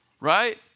Right